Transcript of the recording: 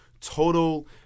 total